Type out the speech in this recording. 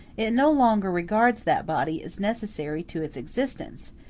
it no longer regards that body as necessary to its existence,